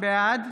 בעד